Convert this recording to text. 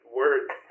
words